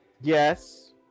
Yes